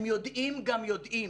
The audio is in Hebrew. הם יודעים גם יודעים.